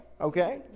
Okay